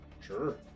Sure